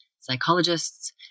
psychologists